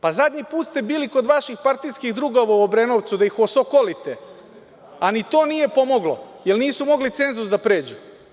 Pa, zadnji put ste bili kod vaših partijskih drugova u Obrenovcu da ih osokolite, a ni to nije pomoglo jer nisu mogli cenzus da pređu.